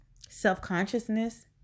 self-consciousness